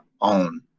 own